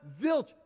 zilch